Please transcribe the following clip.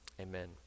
amen